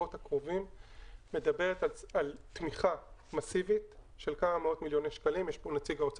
אזורי תעשייה כמובן וכל מפעל